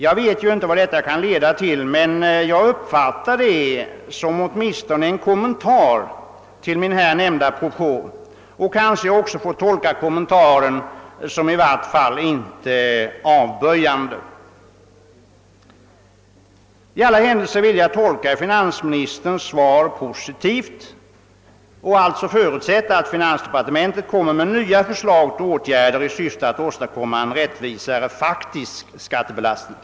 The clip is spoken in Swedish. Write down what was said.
Jag vet inte vad detta kan leda till men jag uppfattar det som åtminstone en kommentar till min här nämnda propå och kanske jag också får tolka kommentaren som i vart fall inte avböjande. I alla händelser vill jag tolka finansministerns svar positivt och jag förutsätter alltså att finansdepartementet kommer att framlägga nya förslag till åtgärder i syfte att åstadkomma en rättvisare faktisk skattebelastning.